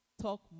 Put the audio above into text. talk